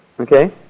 Okay